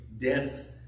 dense